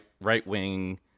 right-wing